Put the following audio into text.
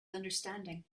understanding